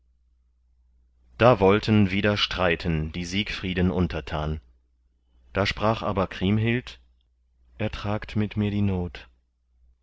da wollten wieder streiten die siegfrieden untertan da sprach aber kriemhild ertragt mit mir die not